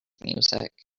music